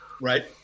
Right